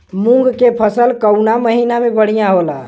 मुँग के फसल कउना महिना में बढ़ियां होला?